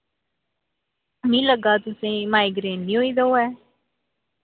मी लग्गा दा तुसें गी माइग्रेन नी होई दा होऐ